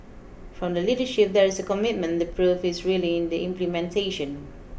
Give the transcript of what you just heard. from the leadership there is a commitment the proof is really in the implementation